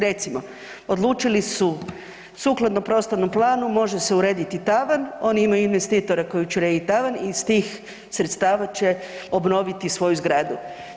Recimo, odlučili su sukladno prostornom planu može se urediti tavan, oni imaju investitora koji će urediti tavan i iz tih sredstava će obnoviti svoju zgradu.